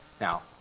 Now